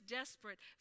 desperate